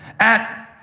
at